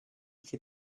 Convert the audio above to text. che